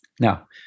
Now